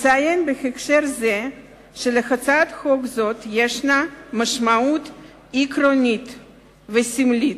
אציין בהקשר זה כי להצעת חוק זו יש משמעות עקרונית וסמלית,